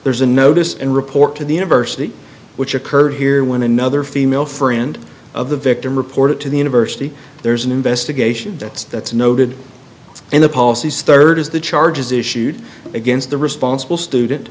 there's a notice and report to the university which occurred here when another female friend of the victim reported to the university there's a new just a geisha that's that's noted in the policies third is the charges issued against the responsible student